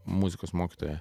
muzikos mokytoja